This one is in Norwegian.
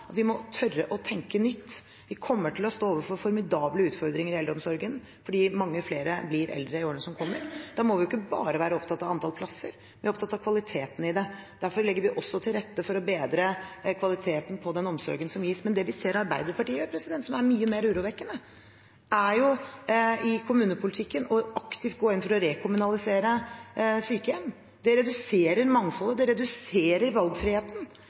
at vi må tørre å tenke nytt. Vi kommer til å stå overfor formidable utfordringer i eldreomsorgen fordi mange flere blir eldre i årene som kommer. Da må vi ikke bare være opptatt av antall plasser, men også opptatt av kvaliteten i det. Derfor legger vi også til rette for å bedre kvaliteten på den omsorgen som gis. Det vi ser Arbeiderpartiet gjør, som er mye mer urovekkende, er i kommunepolitikken aktivt å gå inn for å rekommunalisere sykehjem. Det reduserer mangfoldet. Det reduserer valgfriheten.